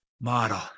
model